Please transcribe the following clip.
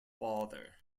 father